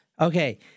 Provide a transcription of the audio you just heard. Okay